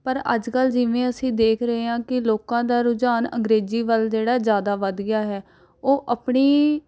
ਪਰ ਅੱਜ ਕੱਲ੍ਹ ਜਿਵੇਂ ਅਸੀਂ ਦੇਖ ਰਹੇ ਹਾਂ ਕਿ ਲੋਕਾਂ ਦਾ ਰੁਝਾਨ ਅੰਗਰੇਜ਼ੀ ਵੱਲ ਜਿਹੜਾ ਜ਼ਿਆਦਾ ਵੱਧ ਗਿਆ ਹੈ ਉਹ ਆਪਣੀ